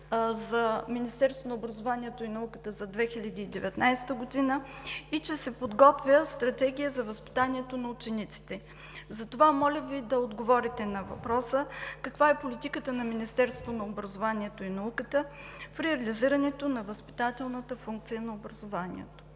за Министерството на образованието и науката за 2019 г. и че се подготвя стратегия за възпитанието на учениците. Затова, моля Ви да отговорите на въпроса: каква е политиката на Министерството на образованието и науката в реализирането на възпитателната функция на образованието?